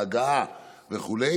בהגעה וכו',